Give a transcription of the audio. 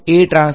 વિદ્યાર્થી